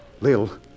Lil